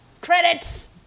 Credits